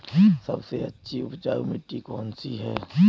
सबसे अच्छी उपजाऊ मिट्टी कौन सी है?